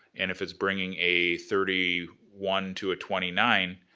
and, if it's bringing a thirty one to a twenty nine,